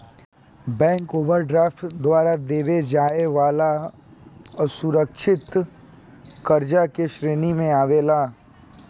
bank overdraft द्वारा देवे जाए वाला असुरकछित कर्जा के श्रेणी मे आवेला